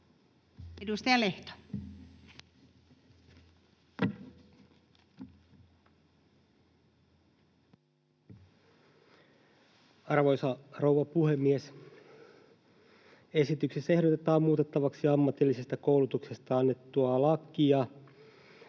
Edustaja Lehto. Arvoisa rouva puhemies! Esityksessä ehdotetaan muutettavaksi ammatillisesta koulutuksesta annettua lakia